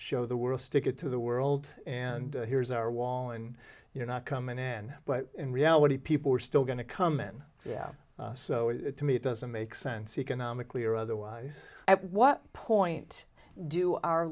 show the world stick it to the world and here's our wall and you're not coming in but in reality people are still going to come in yeah so it to me it doesn't make sense economically or otherwise at what point do our